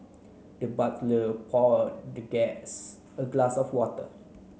the butler pour the guess a glass of water